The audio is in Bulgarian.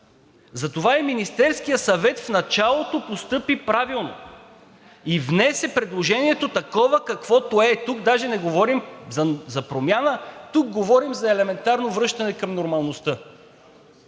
Затова и Министерският съвет в началото постъпи правилно и внесе предложението такова, каквото е. Тук даже не говорим за промяна, тук говорим за елементарно връщане към нормалността.